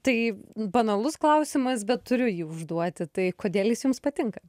tai banalus klausimas bet turiu jį užduoti tai kodėl jis jums patinka